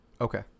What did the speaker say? Okay